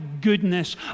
goodness